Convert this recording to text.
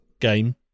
game